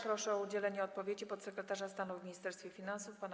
Proszę o udzielenie odpowiedzi podsekretarza stanu w Ministerstwie Finansów pana